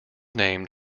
named